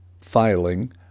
filing